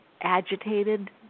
agitated